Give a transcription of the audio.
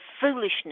foolishness